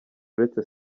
uretse